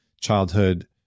childhood